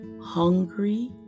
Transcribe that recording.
Hungry